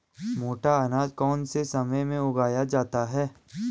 मोटा अनाज कौन से समय में उगाया जाता है?